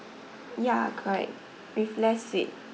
ya correct with less sweet